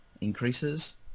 increases